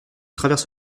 traverse